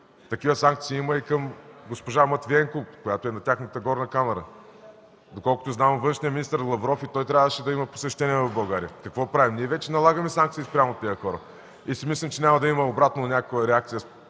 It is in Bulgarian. Такива санкции има и към госпожа Матвиенко – на тяхната Горна камара. Доколкото знам, външният им министър Лавров също трябваше да има посещение в България. Какво правим?! Ние вече налагаме санкции спрямо тези хора и си мислим, че няма да има обратна реакция